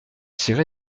tiré